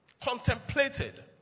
contemplated